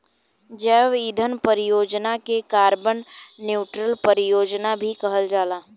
जैव ईंधन परियोजना के कार्बन न्यूट्रल परियोजना भी कहल जाला